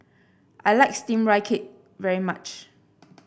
I like steamed Rice Cake very much